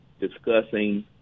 discussing